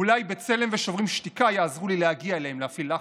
אולי בצלם ושוברים שתיקה יעזרו לי להגיע אליהם להפעיל לחץ,